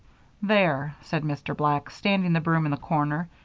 there, said mr. black, standing the broom in the corner,